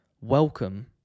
welcome